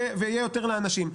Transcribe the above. ויהיה יותר לאנשים.